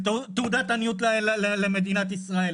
זאת תעודת עניות למדינת ישראל.